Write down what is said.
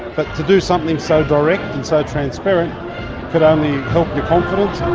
but to do something so direct and so transparent could only help your confidence.